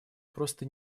просто